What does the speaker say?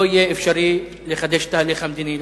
לא יהיה אפשרי לחדש את התהליך המדיני.